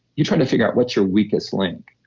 you're trying to figure out what's your weakest link?